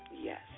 Yes